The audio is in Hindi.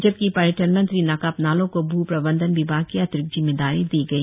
जबकि पर्यटन मंत्री नाकाप नालो को भू प्रबंधन विभाग की अतिरिक्त जिम्मेदारी दी गई